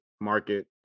market